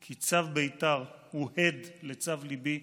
/ כי צו ביתר הוא הד לצו ליבי,